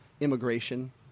immigration